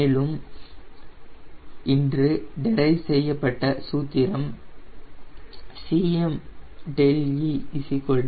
மேலும் இன்று டெரைவ் செய்யப்பட்ட சூத்திரம் Cme VH𝜂CLt𝜏 −0